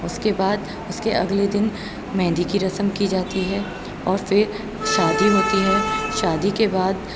اس کے بعد اس کے اگلے دن مہندی کی رسم کی جاتی ہے اور پھر شادی ہوتی ہے شادی کے بعد